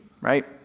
right